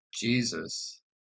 Jesus